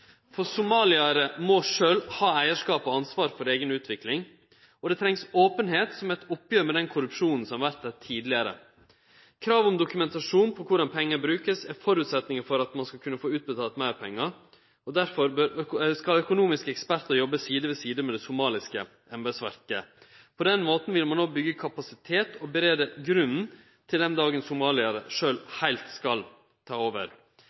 må sjølve ha eigarskap og ansvar for si eiga utvikling, og det trengst openheit som eit oppgjer med den korrupsjonen som har vore der tidlegare. Krav om dokumentasjon på korleis pengar vert brukte, er føresetnaden for at ein skal kunne få utbetalt meir pengar, og difor skal økonomiske ekspertar jobbe side om side med det somaliske embetsverket. På den måten vil ein òg byggje kapasitet og leggje grunnlaget til den dagen somaliarane sjølve heilt skal ta over.